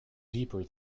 deeper